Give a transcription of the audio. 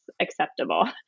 acceptable